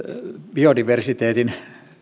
biodiversiteetin